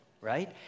right